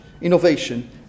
innovation